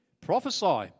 prophesy